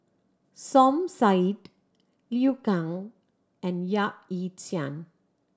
Som Said Liu Kang and Yap Ee Chian